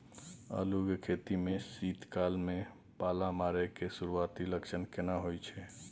आलू के खेती में शीत काल में पाला मारै के सुरूआती लक्षण केना होय छै?